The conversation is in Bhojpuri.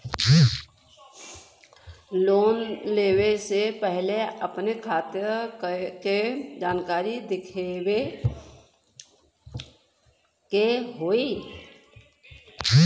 लोन लेवे से पहिले अपने खाता के जानकारी दिखावे के होई?